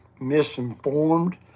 misinformed